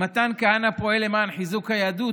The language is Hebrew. אם מתן כהנא פועל למען חיזוק היהדות,